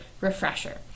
refresher